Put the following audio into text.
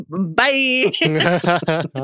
bye